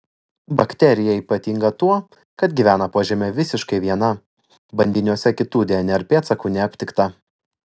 bakterija ypatinga tuo kad gyvena po žeme visiškai viena bandiniuose kitų dnr pėdsakų neaptikta